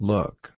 Look